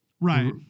Right